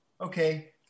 okay